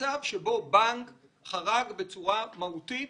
שבו בנק חרג בצורה מהותית